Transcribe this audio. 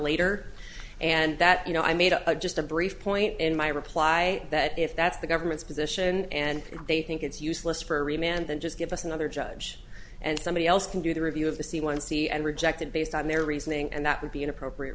later and that you know i made a just a brief point in my reply that if that's the government's position and if they think it's useless for every man then just give us another judge and somebody else can do the review of the c one c and rejected based on their reasoning and that would be inappropriate